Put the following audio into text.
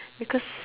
because